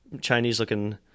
Chinese-looking